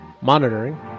Monitoring